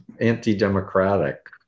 anti-democratic